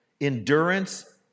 Endurance